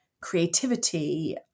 creativity